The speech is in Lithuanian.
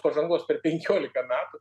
pažangos per penkiolika metų